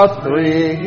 three